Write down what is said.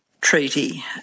treaty